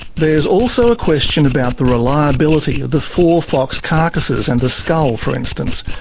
there's also a question about the reliability of the four fox carcases and the skull, for instance,